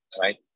right